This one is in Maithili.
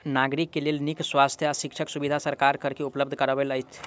नागरिक के लेल नीक स्वास्थ्य आ शिक्षाक सुविधा सरकार कर से उपलब्ध करबैत अछि